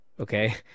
okay